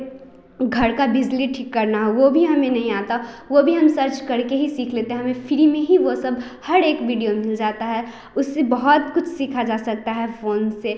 घर का बिजली ठीक करना हो वह भी हमें नहीं आता हो वह भी हम सर्च करके ही सीख लेते हैं हमें फ्री में ही वह सब हर एक वीडियो मिल जाता है उससे बहुत कुछ सीखा जा सकता है फोन से